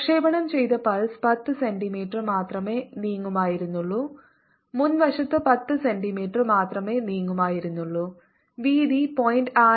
പ്രക്ഷേപണം ചെയ്ത pulse 10 centimetre മാത്രമേ നീങ്ങുമായിരുന്നുള്ളൂ മുൻവശത്ത് 10 സെന്റിമീറ്റർ മാത്രമേ നീങ്ങുമായിരുന്നുള്ളൂ വീതി 0